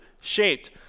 shaped